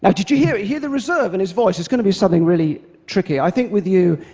like did you hear it, hear the reserve in his voice? it's going to be something really tricky. i think with you.